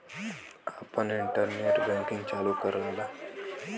आपन internet banking चालू कराला